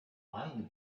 lying